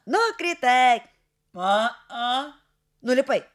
nukritai a a nulipai